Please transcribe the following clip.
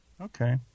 okay